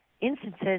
instances